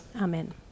Amen